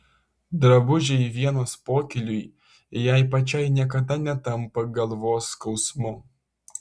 drabužiai vienos pokyliui jai pačiai niekada netampa galvos skausmu